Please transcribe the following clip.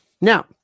Now